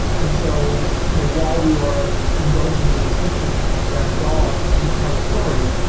and so, you know, while we are indulging in this fiction that a dog could tell a story,